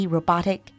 Robotic